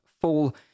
fall